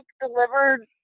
delivered